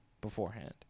beforehand